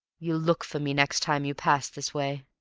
you'll look for me next time you pass this way.